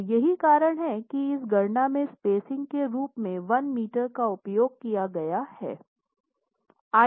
और यही कारण है कि इस गणना में स्पेसिंग के रूप में 1 मीटर का उपयोग किया गया हैं